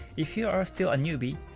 if you are still a newbie,